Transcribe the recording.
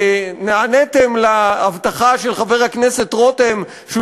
נעניתם להבטחה של חבר הכנסת רותם שהוא